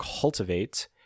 cultivate